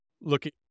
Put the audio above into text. looking